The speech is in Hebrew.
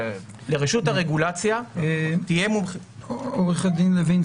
לרשות הרגולציה תהיה --- עו"ד לוין,